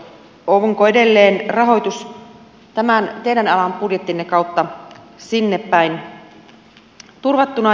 onko edelleen rahoitus tämän teidän alan budjettinne kautta sinnepäin turvattuna